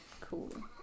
Cool